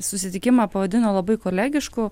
susitikimą pavadino labai kolegišku